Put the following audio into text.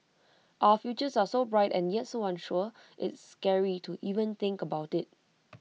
our futures are so bright and yet so unsure it's scary to even think about IT